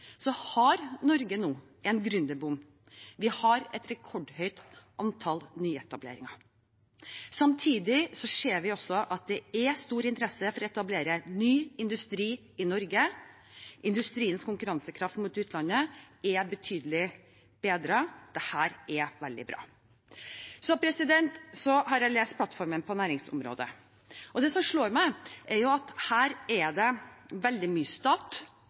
har Norge nå en gründerboom. Vi har et rekordhøyt antall nyetableringer. Samtidig ser vi at det er stor interesse for å etablere ny industri i Norge. Industriens konkurransekraft mot utlandet er betydelig bedret. Dette er veldig bra. Jeg har lest plattformen på næringsområdet. Det som slår meg, er at her er det veldig mye stat,